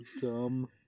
dumb